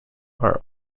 are